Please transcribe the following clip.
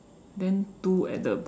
then two at the box